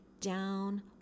down